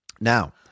Now